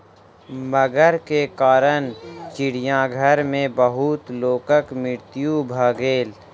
मगर के कारण चिड़ियाघर में बहुत लोकक मृत्यु भ गेल